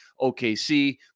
okc